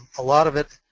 a lot of it